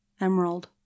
Emerald